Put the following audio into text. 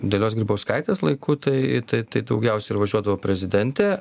dalios grybauskaitės laiku tai tai tai daugiausia ir važiuodavo prezidentė